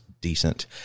decent